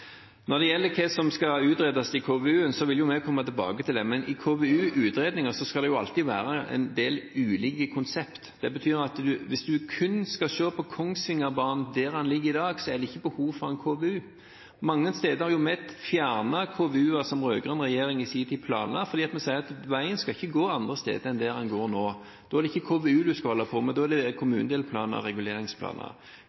Når det gjelder hva som skal utredes i KVU-en, vil vi komme tilbake til det. Men i KVU-er skal det alltid være en del ulike konsepter. Det betyr at hvis man kun skal se på Kongsvingerbanen der den ligger i dag, er det ikke behov for en KVU. Vi har fjernet mange KVU-er som den rød-grønne regjeringen planla i sin tid, fordi vi har sagt at veien ikke skal gå noen andre steder enn der den går nå. Da skal man ikke holde på med KVU-er, men kommunedelplaner og reguleringsplaner. Konseptvalgutredninger handler om å se på mange ulike løsninger på det